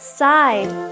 side